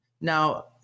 Now